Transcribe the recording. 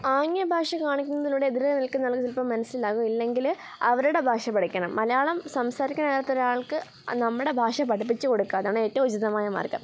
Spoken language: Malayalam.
ആംഗ്യ ഭാഷ കാണിക്കുന്നതിലൂടെ എതിരെ നിൽക്കുന്ന ആൾക്ക് ചിലപ്പം മനസ്സിലാകും ഇല്ലെങ്കിൽ അവരുടെ ഭാഷ പഠിക്കണം മലയാളം സംസാരിക്കാനറിയാത്തൊരാൾക്ക് നമ്മുടെ ഭാഷ പഠിപ്പിച്ച് കൊടുക്കുക അതാണ് ഏറ്റവും ഉചിതമായ മാർഗ്ഗം